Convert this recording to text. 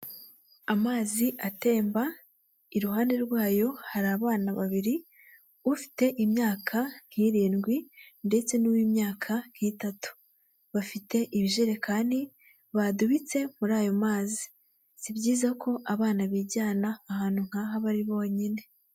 Amazi atemba, iruhande rwayo hari abana babiri, ufite imyaka nk'irindwi ndetse n'uw'imyaka nk'itatu, bafite ibijerekani badubitse muri ayo mazi, si byiza ko abana bijyana ahantu nk'aha bari bonyine.